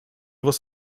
was